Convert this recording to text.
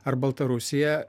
ar baltarusija